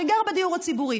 שגר בדיור הציבורי.